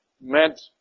meant